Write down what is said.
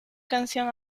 canción